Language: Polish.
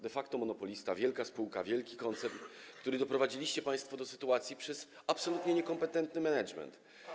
De facto monopolista, wielka spółka, wielki koncern, który doprowadziliście państwo do takiej sytuacji przez absolutnie niekompetentny management.